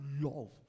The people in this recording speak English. love